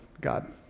God